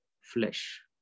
flesh